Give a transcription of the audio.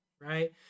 right